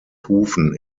hufen